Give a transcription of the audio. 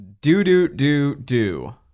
do-do-do-do